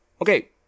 Okay